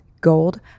Gold